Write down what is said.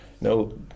No